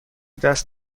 دست